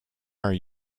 are